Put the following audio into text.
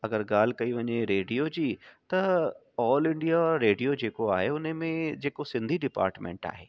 अगरि ॻाल्हि कई वञे रेडियो जी त ऑल इंडिया रेडियो जेको आहे उने में जेको सिंधी डिपार्टमेंट आहे